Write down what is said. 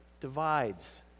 divides